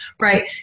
right